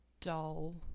dull